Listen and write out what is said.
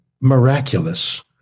miraculous